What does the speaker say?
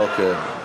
אוקיי.